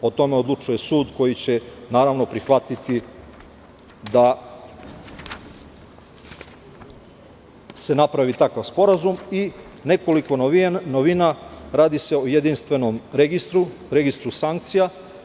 O tome odlučuje sud koji će, naravno prihvatiti da se napravi takav sporazum i nekoliko novina, radi se o jedinstvenom registru, registru sankcija.